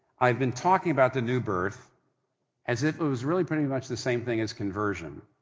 i've been talking about the new birth as if it was really pretty much the same thing as conversion.